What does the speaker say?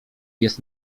jest